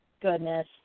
goodness